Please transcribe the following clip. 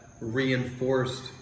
reinforced